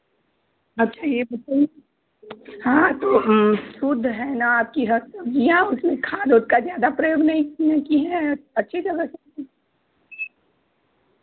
अच्छा यह बताईए हाँ तो हाँ शुद्ध है ना आपकी हर सब्ज़ियाँ उसमें खाद उद का ज़्यादा प्रयोग नहीं नहीं किए हैं अच्छी जगह से